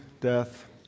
death